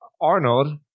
Arnold